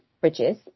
Bridges